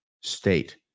state